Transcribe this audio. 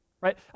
right